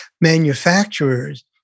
manufacturers